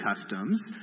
customs